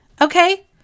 okay